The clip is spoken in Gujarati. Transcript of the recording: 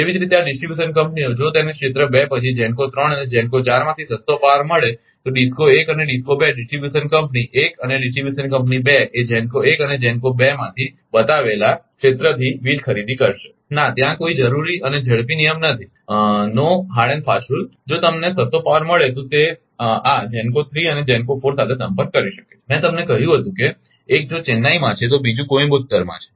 તેવી જ રીતે આ ડિસ્ટ્રીબ્યુશન કંપનીઓ જો તેને ક્ષેત્ર 2 પછી GENCO 3 અને GENCO 4 માંથી સસ્તો પાવર મળે તો DISCO 1 અને DISCO 2 ડિસ્ટ્રીબ્યુશન કંપની 1 અને ડિસ્ટ્રીબ્યુશન કંપની 2 એ GENCO 1 અને GENCO 2 માંથી બતાવેલા ક્ષેત્રથી વીજ ખરીદી કરશે ના ત્યાં કોઈ જરુરી અને ઝડપી નિયમ નથી જો તમને સસ્તો પાવર મળે તો તે આ GENCO 3 અને GENCO 4 સાથે સંપર્ક કરી શકે છે મેં તમને કહ્યું હતું કે એક જો ચેન્નઈમાં છે તો બીજું કોઈમ્બટૌર છે